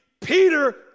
Peter